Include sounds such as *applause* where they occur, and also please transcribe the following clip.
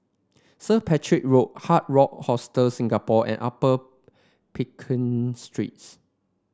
St Patrick Road Hard Rock Hostel Singapore and Upper *unintelligible* Streets